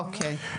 אוקי.